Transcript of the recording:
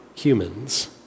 humans